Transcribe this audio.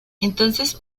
entonces